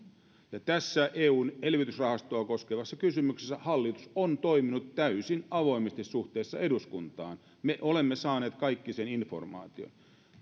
ja tässä eun elvytysrahastoa koskevassa kysymyksessä hallitus on toiminut täysin avoimesti suhteessa eduskuntaan me kaikki olemme saaneet sen informaation